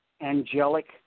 angelic